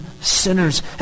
sinners